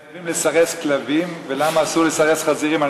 למה, לסרס כלבים ולמה אסור לסרס חזירים?